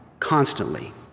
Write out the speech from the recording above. constantly